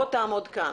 בוא תעמוד כאן.